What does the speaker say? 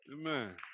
Amen